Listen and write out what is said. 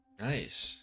Nice